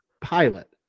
pilot